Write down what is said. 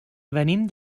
venim